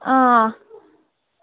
आं